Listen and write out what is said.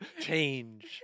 Change